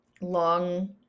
long